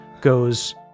goes